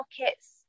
markets